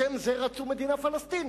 בשם זה הם רצו מדינה פלסטינית.